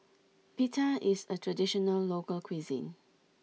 Pita is a traditional local cuisine